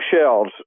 shells